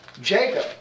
Jacob